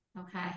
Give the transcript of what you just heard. Okay